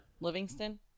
Livingston